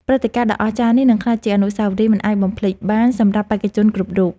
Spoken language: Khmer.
ព្រឹត្តិការណ៍ដ៏អស្ចារ្យនេះនឹងក្លាយជាអនុស្សាវរីយ៍មិនអាចបំភ្លេចបានសម្រាប់បេក្ខជនគ្រប់រូប។